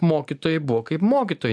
mokytojai buvo kaip mokytojai